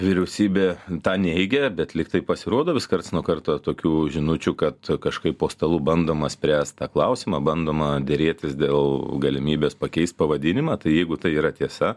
vyriausybė tą neigia bet lygtai pasirodo vis karts nuo karto tokių žinučių kad kažkaip po stalu bandoma spręst tą klausimą bandoma derėtis dėl galimybės pakeist pavadinimą tai jeigu tai yra tiesa